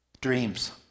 Dreams